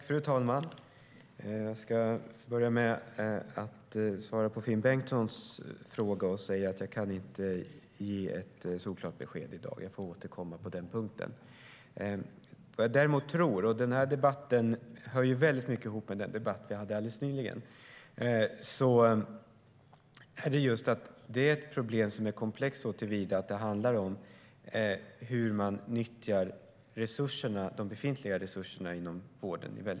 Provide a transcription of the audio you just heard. Fru talman! Jag ska börja med att svara på Finn Bengtssons fråga och säga att jag inte kan ge något solklart besked i dag. Jag får återkomma på den punkten. Den här debatten hör ju nära ihop med den debatt vi hade alldeles nyligen. Det är ett problem som är komplext såtillvida att det handlar om hur man nyttjar de befintliga resurserna inom vården.